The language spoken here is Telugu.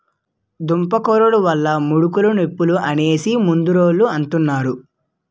దుంపకూరలు వల్ల ముడుకులు నొప్పులు అనేసి ముదరోలంతన్నారు